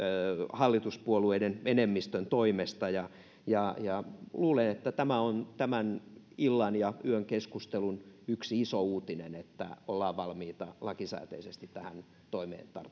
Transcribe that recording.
hallituspuolueiden enemmistön toimesta puututaan näihin eläkevaroihin luulen että tämä on tämän illan ja yön keskustelun yksi iso uutinen että ollaan valmiita lakisääteisesti tähän toimeen